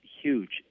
huge